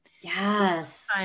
Yes